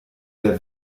der